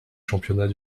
championnat